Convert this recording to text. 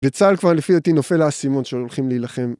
בצהל כבר לפי דעתי נופל האסימון שהולכים להילחם.